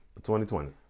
2020